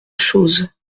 choses